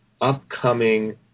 upcoming